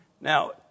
Now